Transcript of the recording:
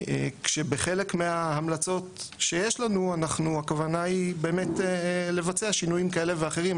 כשבחלק מהמלצות שיש לנו הכוונה היא באמת לבצע שינויים כאלה ואחרים.